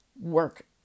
work